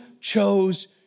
chose